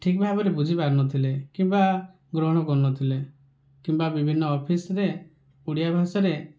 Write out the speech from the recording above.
ଠିକ ଭାବରେ ବୁଝିପାରୁନଥିଲେ କିମ୍ବା ଗ୍ରହଣ କରୁନଥିଲେ କିମ୍ବା ବିଭିନ୍ନ ଅଫିସରେ ଓଡ଼ିଆ ଭାଷାରେ